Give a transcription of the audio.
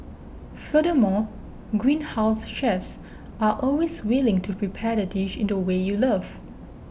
furthermore Greenhouse's chefs are always willing to prepare the dish in the way you love